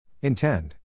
Intend